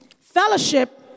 Fellowship